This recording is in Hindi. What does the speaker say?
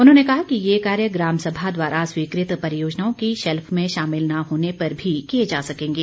उन्होंने कहा कि ये कार्य ग्राम सभा द्वारा स्वीकृत परियोजनाओं की शैल्फ में शामिल न होने पर भी किए जा सकेंगे